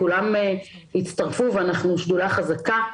אנחנו שדולה חזקה.